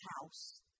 house